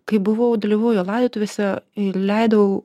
kai buvau dalyvavau jo laidotuvėse ir leidau